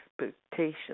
expectation